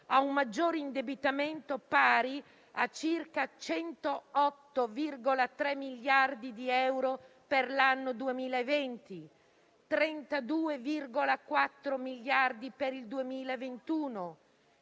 a un maggiore indebitamento pari a circa 108,3 miliardi di euro per l'anno 2020, 32,4 miliardi per il 2021,